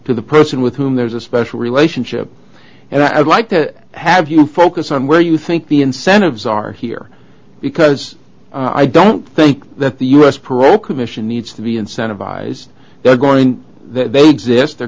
to the person with whom there's a special relationship and i'd like to have you focus on where you think the incentives are here because i don't think that the u s parole commission needs to be incentivized they're going they just they're